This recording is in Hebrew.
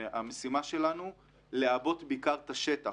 המשימה שלנו היא לעבות בעיקר את השטח.